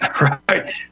right